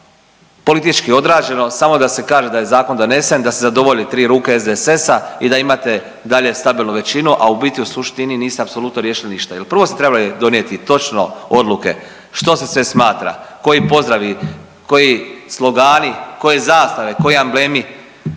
politički odrađeno samo da se kaže da je zakon donesen, da se zadovolji 3 ruke SDSS-a i da imate i dalje stabilnu većinu, a u biti u suštini niste apsolutno ništa jer prvo ste trebali donijeti točno odluke što se sve smatra, koji pozdravi, koji slogani, koje zastave, koji amblemi